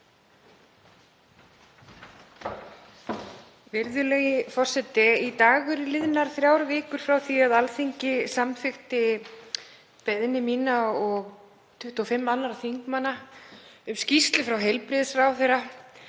Virðulegi forseti. Í dag eru liðnar þrjár vikur frá því að Alþingi samþykkti beiðni mína og 25 annarra þingmanna um skýrslu frá heilbrigðisráðherra